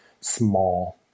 small